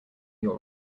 your